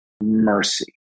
mercy